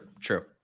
True